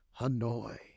Hanoi